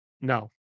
No